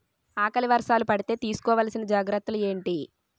ఆకలి వర్షాలు పడితే తీస్కో వలసిన జాగ్రత్తలు ఏంటి?